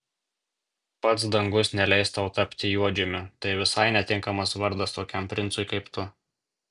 pats dangus neleis tau tapti juodžiumi tai visai netinkamas vardas tokiam princui kaip tu